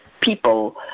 people